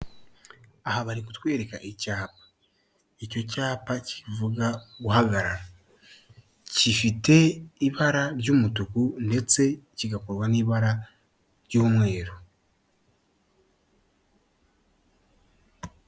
Aha bari kutwereka icyapa. Icyo cyapa kivuga guhagara. Kifite ibara ry'umutuku, ndetse kigakorwa n'ibara ry'umweru.